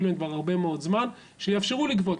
להן כבר הרבה מאוד זמן שיאפשרו לגבות.